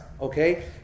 Okay